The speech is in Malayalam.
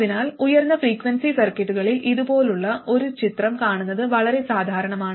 അതിനാൽ ഉയർന്ന ഫ്രീക്വൻസി സർക്യൂട്ടുകളിൽ ഇതുപോലുള്ള ഒരു ചിത്രം കാണുന്നത് വളരെ സാധാരണമാണ്